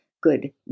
good